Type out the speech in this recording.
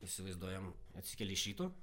įsivaizduojam atsikeli iš ryto